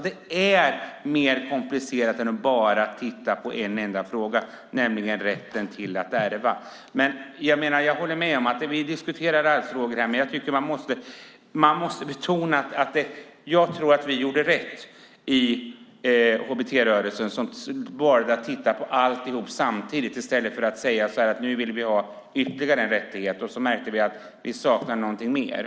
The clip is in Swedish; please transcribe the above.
Det är mer komplicerat än att bara titta på en enda fråga, nämligen rätten att ärva. Visserligen är det arvsfrågan vi diskuterar här, men jag tror att vi gjorde rätt i hbt-rörelsen som valde att titta på alltihop samtidigt i stället för att titta på en del åt gången.